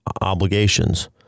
obligations